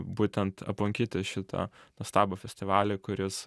būtent aplankyti šitą nuostabų festivalį kuris